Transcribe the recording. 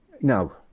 No